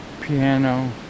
piano